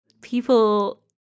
people